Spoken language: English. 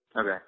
Okay